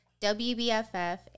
WBFF